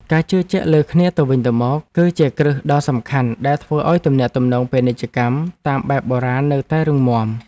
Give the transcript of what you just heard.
ការជឿជាក់លើគ្នាទៅវិញទៅមកគឺជាគ្រឹះដ៏សំខាន់ដែលធ្វើឱ្យទំនាក់ទំនងពាណិជ្ជកម្មតាមបែបបុរាណនៅតែរឹងមាំ។